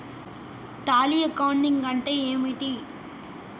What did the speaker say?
Tally accounting అంటే ఏమిటి?